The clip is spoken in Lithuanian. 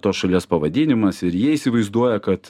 tos šalies pavadinimas ir jie įsivaizduoja kad